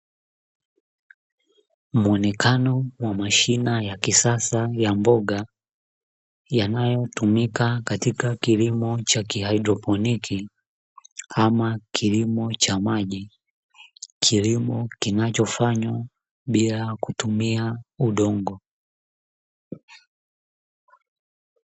Mwonekano wa mashina ya kisasa ya mboga yanayotumika katika kilimo cha ki "haidroponiki", ama kilimo cha maji kilimo kinachofanywa bila kutumia udongo.